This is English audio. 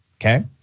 okay